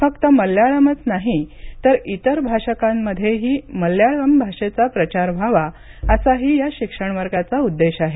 फक्त मल्याळमच नाही तर इतर भाषकांमध्येही मल्याळम भाषेचा प्रचार व्हावा असाही या शिक्षणवर्गाचा उद्देश आहे